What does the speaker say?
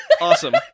Awesome